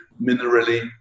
minerally